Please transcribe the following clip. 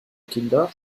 kinder